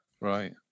Right